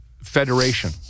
Federation